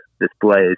displays